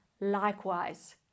likewise